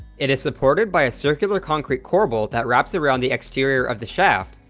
it is supported by a circular concrete corbel that wraps around the exterior of the shaft,